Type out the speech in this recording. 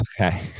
Okay